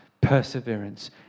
perseverance